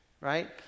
right